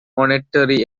monetary